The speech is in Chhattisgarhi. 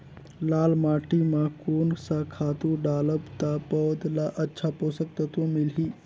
लाल माटी मां कोन सा खातु डालब ता पौध ला अच्छा पोषक तत्व मिलही?